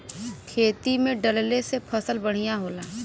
खेती में डलले से फसल बढ़िया होला